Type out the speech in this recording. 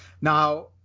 Now